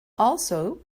also